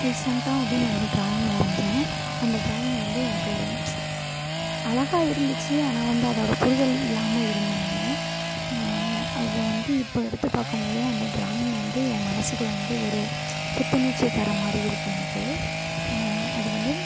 ரீசெண்ட்டாக வந்து நான் ஒரு ட்ராயிங் வரைஞ்சேன் அந்த ட்ராயிங் வந்து எனக்கு அழகாக இருந்திச்சு ஆனால் வந்து அதோடய புரிதல் இல்லாமல் இருந்தேன் நான் அதை வந்து இப்போ எடுத்து பார்க்கும்போது அந்த ட்ராயிங் வந்து என் மனசுக்குள்ளே வந்து ஒரு புத்துணர்ச்சியை தர மாதிரி இருக்குது எனக்கு அது வந்து